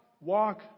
walk